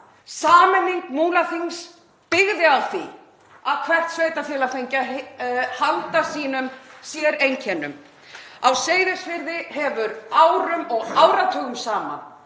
Sameining Múlaþings byggði á því að hvert sveitarfélag fengi að halda sínum séreinkennum. Á Seyðisfirði hefur árum og áratugum saman